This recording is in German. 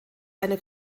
einer